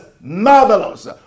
marvelous